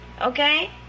Okay